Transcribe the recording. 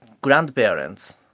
grandparents